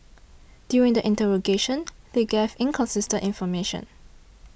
during the interrogation they gave inconsistent information